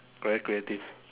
very creative